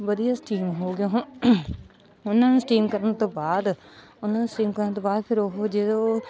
ਵਧੀਆ ਸਟੀਮ ਹੋ ਗਿਆ ਉਹਨਾਂ ਨੂੰ ਸਟੀਮ ਕਰਨ ਤੋਂ ਬਾਅਦ ਉਹਨਾਂ ਨੂੰ ਸਟੀਮ ਕਰਨ ਤੋਂ ਬਾਅਦ ਫਿਰ ਉਹ ਜਦੋਂ